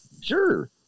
Sure